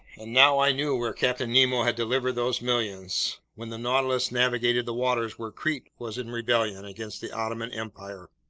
and now i knew where captain nemo had delivered those millions, when the nautilus navigated the waters where crete was in rebellion against the ottoman empire!